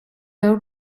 féu